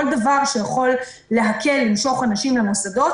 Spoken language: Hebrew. כל דבר שיכול להקל למשוך אנשים למוסדות